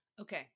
Okay